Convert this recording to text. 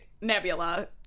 Nebula